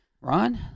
Ron